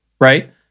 right